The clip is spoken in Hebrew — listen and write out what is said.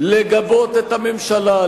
לגבות את הממשלה,